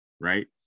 right